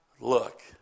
look